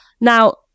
Now